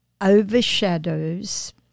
overshadows